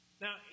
Now